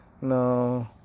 No